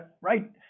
right